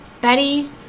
Betty